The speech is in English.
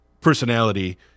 personality